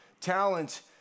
talent